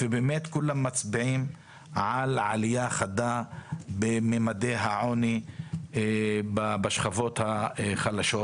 ובאמת כולם מצביעים על עלייה חדה במימדי העוני בשכבות החלשות,